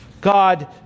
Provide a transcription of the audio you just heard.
God